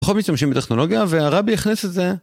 פחות משתמשים בטכנולוגיה והרבי יכנס לזה.